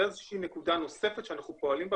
זו איזו שהיא נקודה נוספת שאנחנו פועלים בה